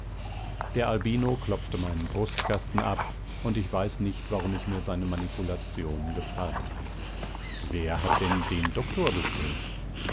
der albino klopfte meinen brustkasten ab und ich weiß nicht warum ich mir seine manipulationen gefallen ließ wer hat denn den doktor bestellt